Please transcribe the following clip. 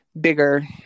bigger